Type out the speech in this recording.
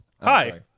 Hi